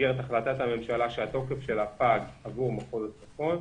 במסגרת החלטת הממשלה שהתוקף שלה פג עבור מחוז הצפון,